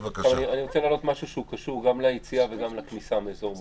אני רוצה להעלות משהו שקשור גם ליציאה וגם לכניסה מאזור מוגבל.